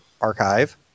archive